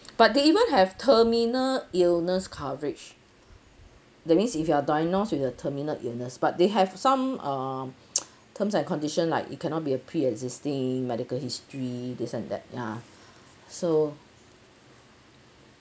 but they even have terminal illness coverage that means if you are diagnosed with a terminal illness but they have some err terms and condition like it cannot be a pre existing medical history this and that ya so